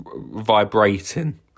vibrating